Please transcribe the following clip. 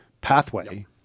pathway